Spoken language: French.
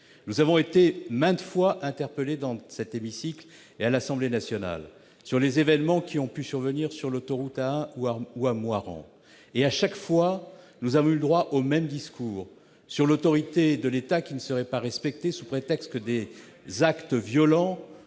Nous avons été maintes fois interpellés dans cet hémicycle et à l'Assemblée nationale sur les événements survenus sur l'autoroute A1 ou à Moirans. Chaque fois, nous avons eu droit au même discours : l'autorité de l'État ne serait pas respectée sous prétexte que des actes violents